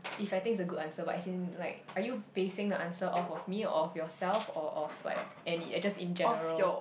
is I think it's a good answer but as in like are you basing the answer off of me or of yourself or of like any uh just in general